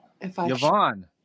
Yvonne